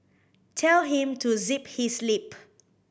tell him to zip his lip